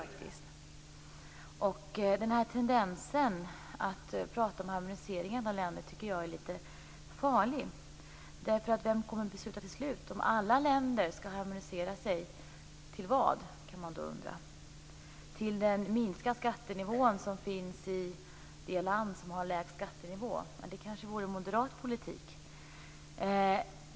Tendensen att i alla länder prata om harmonisering är lite farlig. Vem kommer att besluta till slut, om alla länder skall harmonisera sig? Man kan undra till vad de skall harmonisera sig. Är det till skattenivån i det land som har lägst skattenivå? Det kanske vore moderat politik.